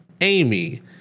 Amy